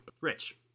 Rich